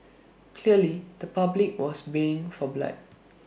clearly the public was baying for blood